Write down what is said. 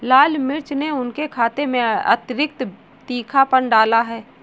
लाल मिर्च ने उनके खाने में अतिरिक्त तीखापन डाला है